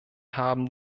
haben